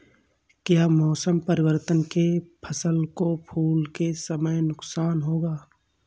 क्या मौसम परिवर्तन से फसल को फूल के समय नुकसान होगा?